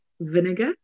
vinegar